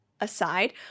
aside